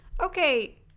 okay